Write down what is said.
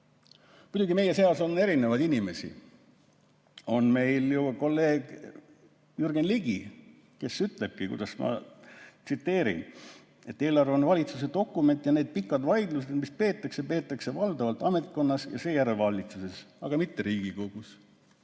meie seas on erinevaid inimesi. On meil ju kolleeg Jürgen Ligi, kes ütlebki, et eelarve on valitsuse dokument ja pikad vaidlused, mis peetakse, peetakse valdavalt ametkonnas ja seejärel valitsuses, aga mitte Riigikogus.